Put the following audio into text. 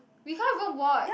we can't even watch